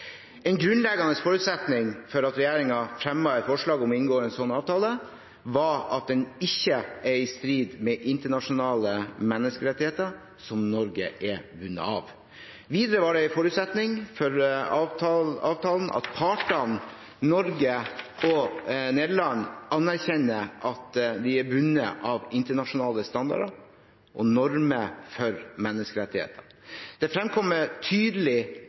En grunnleggende forutsetning for at regjeringen fremmet forslag om å inngå en slik avtale, var at den ikke var i strid med internasjonale menneskerettigheter, som Norge er bundet av. Videre var det en forutsetning for avtalen at partene, Norge og Nederland, anerkjente at de er bundet av internasjonale standarder og normer for menneskerettigheter. Det fremkommer tydelig